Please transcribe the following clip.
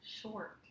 short